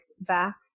back